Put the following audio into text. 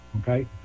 okay